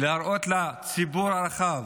להראות לציבור הרחב